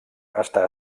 està